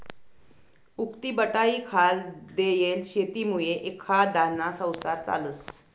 उक्तीबटाईखाल देयेल शेतीमुये एखांदाना संसार चालस